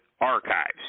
Archives